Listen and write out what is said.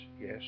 yes